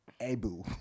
Abu